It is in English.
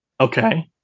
Okay